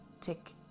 tick